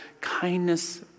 kindness